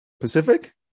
Pacific